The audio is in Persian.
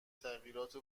تغییرات